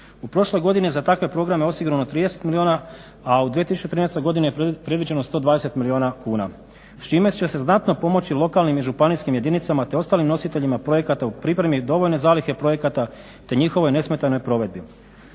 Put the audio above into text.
U prošloj godini je za takve programe osigurano 30 milijuna, a u 2013. godini je predviđeno 120 milijuna kuna s čime će se znatno pomoći lokalnim i županijskim jedinicama te ostalim nositeljima projekata u pripremi dovoljne zalihe projekata te njihovoj nesmetanoj provedbi.